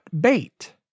bait